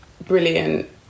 brilliant